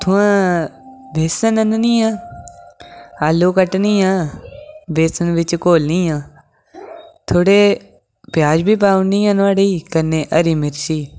उत्थूं बेसन आह्ननी आं आलू कट्टनी आं बेसन बिच घोलनी आं थोह्डे़ प्याज बी पाई ओड़नी आं नुआढ़े च कन्नै हरी मिर्ची